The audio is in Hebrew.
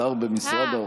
השר במשרד האוצר.